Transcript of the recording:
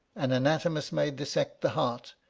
an anatomist may dissect the heart,